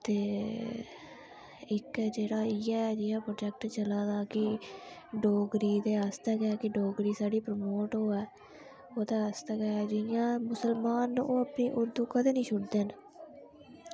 ते इक ऐ जेह्ड़ा इ'यै जि'यां प्रोजैक्ट चला'रदा जेह्ड़ा कि डोगरी आस्तै कि डोगरी साढ़ी प्रमोट होऐ ओह्दे आस्तै गै जि'यां मुसलमान न ओह् ते कदें निं छुड़दे हैन